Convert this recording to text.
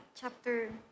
chapter